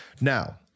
Now